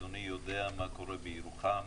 אדוני יודע מה קורה בירוחם.